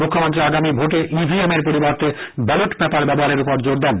মুখ্যমন্ত্রী আগামী ভোটে ইভিএমের পরিবর্তে ব্যালট পেপার ব্যবহারের উপর জোর দেন